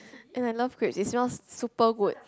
and I love grapes it smells super good